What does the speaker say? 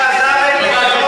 עכשיו הצדק הזה הגיע.